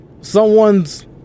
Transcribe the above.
someone's